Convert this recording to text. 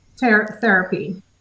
therapy